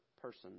person